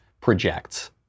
projects